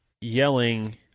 yelling